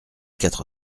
quatre